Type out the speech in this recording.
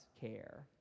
care